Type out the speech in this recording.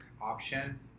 option